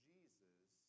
Jesus